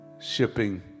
shipping